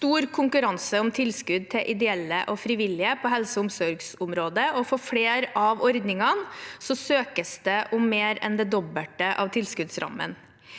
stor konkurranse om tilskudd til ideelle og frivillige på helse- og omsorgsområdet, og for flere av ordningene søkes det om mer enn det dobbelte av tilskuddsrammen.